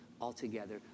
altogether